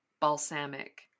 balsamic